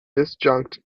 disjunct